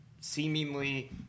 seemingly